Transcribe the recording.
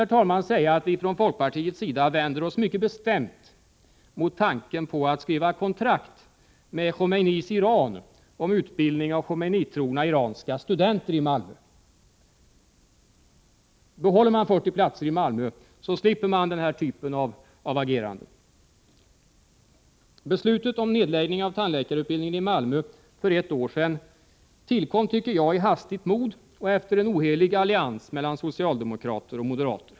Låt mig också säga att vi från folkpartiets sida mycket bestämt vänder oss mot tanken på att skriva kontrakt med Khomeinis Iran om utbildning av Khomeinitrogna iranska studenter i Malmö. Behåller man 40 platser i Malmö slipper man den här typen av agerande. Beslutet om nedläggning av tandläkarutbildningen i Malmö för ett år sedan tillkom i hastigt mod och efter en ohelig allians mellan socialdemokrater och moderater.